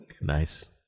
Nice